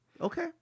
Okay